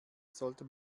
sollte